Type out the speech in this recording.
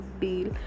deal